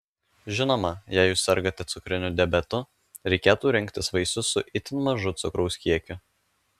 žinoma jei jūs sergate cukriniu diabetu reikėtų rinktis vaisius su itin mažu cukraus kiekiu